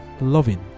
loving